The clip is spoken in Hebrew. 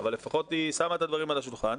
אבל לפחות היא שמה את הדברים על השולחן.